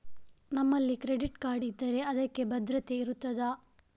ನಮ್ಮಲ್ಲಿ credit card ಇದ್ದರೆ ಅದಕ್ಕೆ ಭದ್ರತೆ ಇರುತ್ತದಾ?